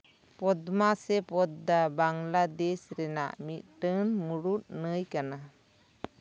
ᱯᱚᱫᱢᱟ ᱥᱮ ᱯᱚᱫᱫᱟ ᱵᱟᱝᱞᱟᱫᱮᱥ ᱨᱮᱱᱟᱜ ᱢᱤᱫᱴᱟᱹᱝ ᱢᱩᱬᱩᱫ ᱱᱟᱹᱭ ᱠᱟᱱᱟ